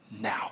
now